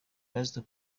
pastor